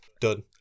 Done